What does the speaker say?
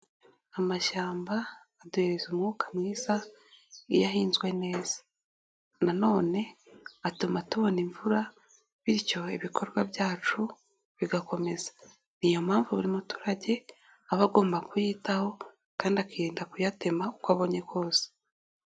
Amashyamba aduhereza umwuka mwiza iyo ahinzwe neza, na none atuma tubona imvura bityo ibikorwa byacu bigakomeza, ni iyo mpamvu buri muturage aba agomba kuyitaho kandi akirinda kuyatema uko abonye kose.